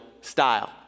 style